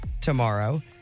tomorrow